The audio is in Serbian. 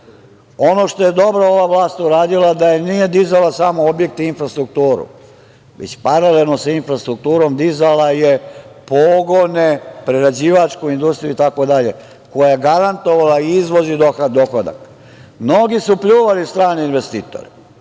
što je dobro ova vlast uradila to je da nije dizala samo objekte i infrastrukturu, već paralelno sa infrastrukturom dizala je pogone prerađivačke industrije itd. koja je garantovala izvoz i dohodak. Mnogi su pljuvali strane investitore